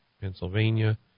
Pennsylvania